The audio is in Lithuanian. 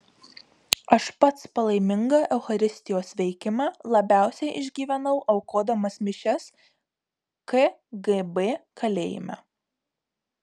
aš pats palaimingą eucharistijos veikimą labiausiai išgyvenau aukodamas mišias kgb kalėjime